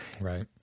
Right